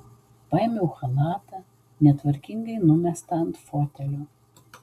paėmiau chalatą netvarkingai numestą ant fotelio